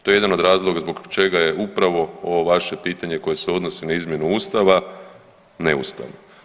To je jedan od razloga zbog čega je upravo ovo vaše pitanje koje se odnosi na izmjenu Ustava neustavno.